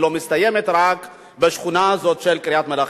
מסתיימת רק בשכונה הזאת של קריית-מלאכי.